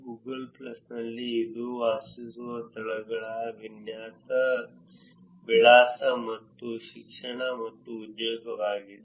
Google ಪ್ಲಸ್ನಲ್ಲಿ ಇದು ವಾಸಿಸುವ ಸ್ಥಳಗಳ ವಿಳಾಸ ಮತ್ತು ಶಿಕ್ಷಣ ಮತ್ತು ಉದ್ಯೋಗವಾಗಿದೆ